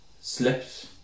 slipped